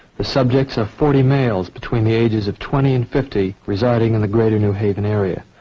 the subjects are forty males between the ages of twenty and fifty residing in the greater new haven area.